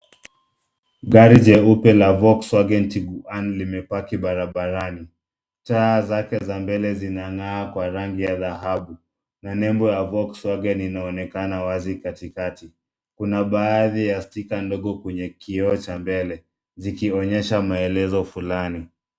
Gari jeupa la Volkswagen Tiguan limepaki barabarani. Taa zake za mbele zinang'aa kwa rangi ya dhahabu na nembo yake ya Volkswagen inaonekana wazi katikati. Kuna baadhi ya stika ndogo kwenye kioo cha mbele zikionyesha maelezo fulani.